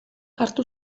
hartu